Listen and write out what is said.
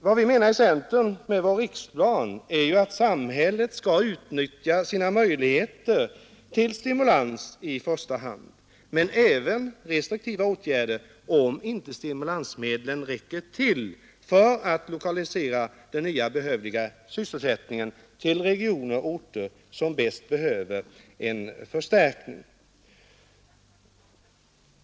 Vad centern vill säga i sin riksplan är att samhället i första hand skall utnyttja sina möjligheter att ge stimulans men att även restriktiva åtgärder behöver vidtagas om stimulansmedlen inte räcker till för att lokalisera sysselsättningen till regioner och orter som bäst behöver en förstärkning.